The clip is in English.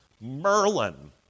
Merlin